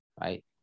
right